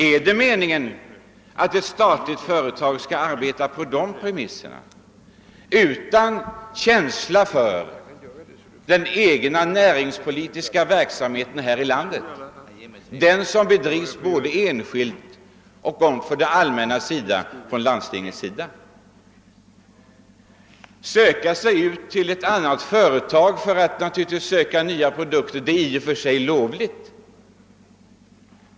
är det meningen att ett statligt företag skall arbeta under de premisserna utan känsla för den näringspolitiska verksamhet här i landet, som bedrivs av såväl enskilda som statliga och landstingsägda företag? Att ta kontakt med ett utländskt företag när det gäller framställning av nya produkter är i och för sig lovligt.